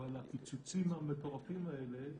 אבל הקיצוצים המטורפים האלה